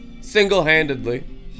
single-handedly